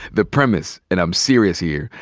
the premise, and i'm serious here,